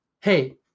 hey